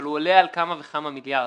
אבל הוא עולה על כמה וכמה מיליארדים.